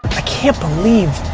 can't believe,